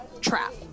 trap